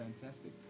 Fantastic